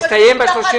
מסתיים ב-31